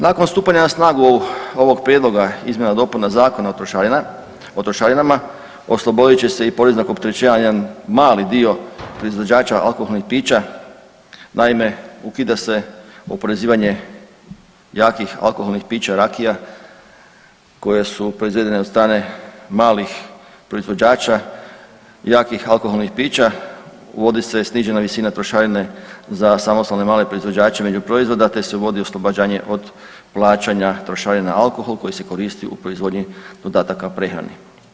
Nakon stupanja na snagu ovog prijedloga izmjena i dopuna Zakona o trošarinama oslobodit će se i poreznog opterećenja jedan mali dio proizvođača alkoholnih pića, naime ukida se oporezivanje jakih alkoholnih pića, rakija koje su proizvedene od strane malih proizvođača, jakih alkoholnih pića, uvodi se snižena visina trošarine za samostalne male proizvođače međuproizvoda te se uvodi oslobađanje od plaćanja trošarine na alkohol koji se koristi u proizvodnji dodataka prehrani.